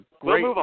great